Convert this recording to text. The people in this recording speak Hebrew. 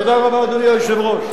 תודה רבה, אדוני היושב-ראש.